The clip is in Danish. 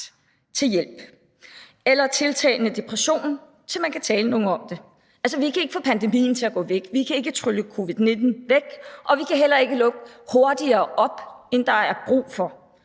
til hjælp, eller med en tiltagende depression, så man kan tale med nogen om det. Altså, vi kan ikke få pandemien til at gå væk, vi kan ikke trylle covid-19 væk, og vi kan heller ikke lukke hurtigere op, end der er brug for,